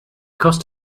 cost